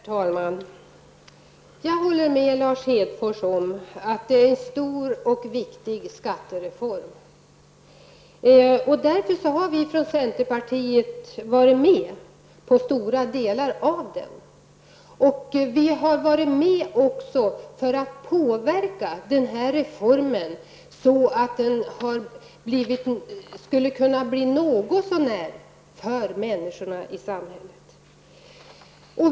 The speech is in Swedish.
Herr talman! Jag håller med Lars Hedfors om att det är en stor och viktig skattereform. Därför har vi från centerpartiet varit med på stora delar av den. Vi har också varit med för att påverka reformen så att den skulle bli något så när bra för människorna i samhället.